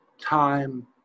time